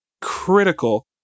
critical